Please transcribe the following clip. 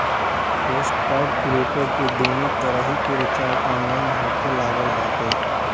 postpaid prepaid इ दूनो तरही के रिचार्ज ऑनलाइन होखे लागल बाटे